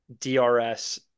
DRS